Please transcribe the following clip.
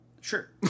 Sure